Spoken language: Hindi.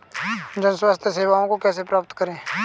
जन स्वास्थ्य सेवाओं को कैसे प्राप्त करें?